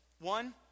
one